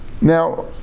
Now